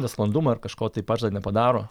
nesklandumai ar kažko tai pažada nepadaro